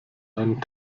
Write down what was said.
einen